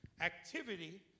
Activity